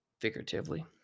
figuratively